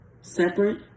separate